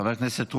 חבר הכנסת טרופר,